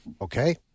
Okay